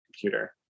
computer